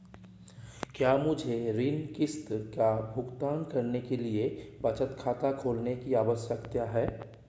क्या मुझे ऋण किश्त का भुगतान करने के लिए बचत खाता खोलने की आवश्यकता है?